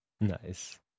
Nice